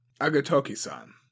Agatoki-san